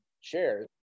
shares